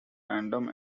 random